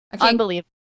Unbelievable